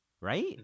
Right